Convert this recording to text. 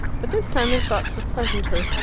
but this time his thoughts were pleasanter,